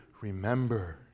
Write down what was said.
Remember